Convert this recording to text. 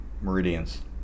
meridians